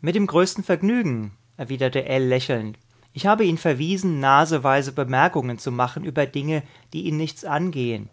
mit dem größten vergnügen erwiderte ell lächelnd ich habe ihm verwiesen naseweise bemerkungen zu machen über dinge die ihn nichts angehen